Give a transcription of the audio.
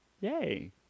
yay